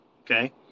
okay